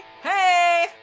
Hey